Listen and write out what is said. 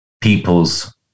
people's